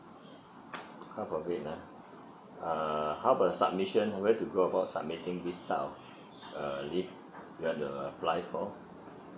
half of it ah uh how the submission where to go about submit thing this type of uh leave you want to apply for